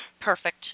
Perfect